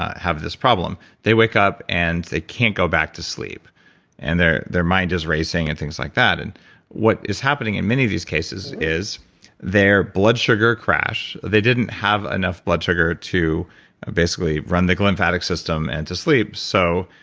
have this problem. they wake up and they can't go back to sleep and their their mind racing and things like that. and what is happening in many of these cases is their blood sugar crash. they didn't have enough blood sugar to basically run the lymphatic system and into sleep. so,